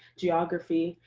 geography,